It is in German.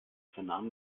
vernahmen